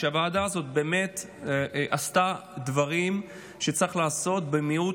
שהוועדה הזאת באמת עשתה דברים שצריך לעשות במהירות